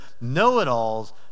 know-it-alls